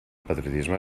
patriotisme